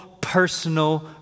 personal